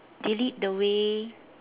delete the way